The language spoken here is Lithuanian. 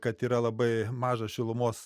kad yra labai mažas šilumos